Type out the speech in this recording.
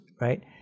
right